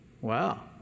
Wow